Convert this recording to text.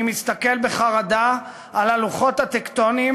אני מסתכל בחרדה על הלוחות הטקטוניים